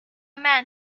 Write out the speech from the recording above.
man